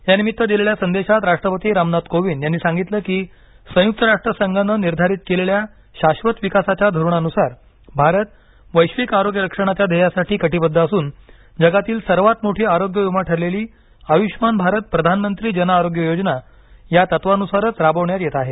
यानिमित्त दिलेल्या संदेशात राष्ट्रपती रामनाथ कोविन्द यांनी सांगितलं कीसंयुक्त राष्ट्र संघांनं निर्धारित केलेल्या शाश्वत विकासाच्या धोरणानुसार भारत वैश्विक आरोग्य रक्षणाच्या ध्येयासाठी कटिबद्ध असून जगातील सर्वात मोठी आरोग्य विमा ठरलेली आयुष्यमान भारत प्रधानमंत्री जन आरोग्य योजना या तत्वानुसारचं राबवण्यात येत आहे